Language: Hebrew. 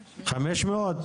500?